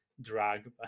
drag